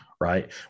right